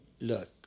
look